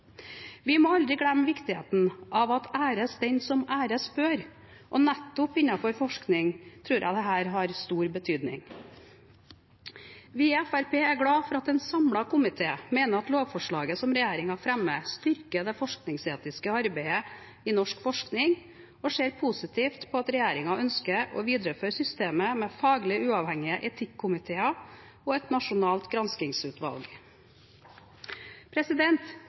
Vi må aldri glemme viktigheten av «æres den som æres bør», og nettopp innenfor forskning tror jeg dette har stor betydning. Vi i Fremskrittspartiet er glad for at en samlet komité mener at lovforslaget som regjeringen fremmer, styrker det forskningsetiske arbeidet i norsk forskning, og ser positivt på at regjeringen ønsker å videreføre systemet med faglig uavhengige etikkomiteer og et nasjonalt granskingsutvalg.